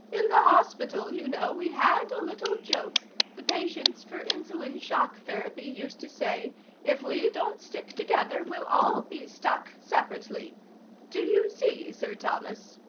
in the hospital, you know, we had a little joke the patients for insulin shock therapy used to say if we don't stick together, we'll all be stuck separately do you see, sir thomas?